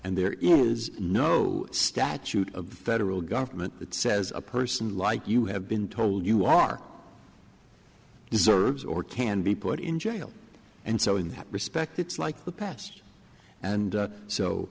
and there is no statute of the federal government that says a person like you have been told you are deserves or can be put in jail and so in that respect it's like the past and